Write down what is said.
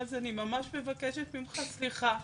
אז אני ממש מבקשת ממך סליחה.